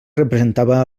representava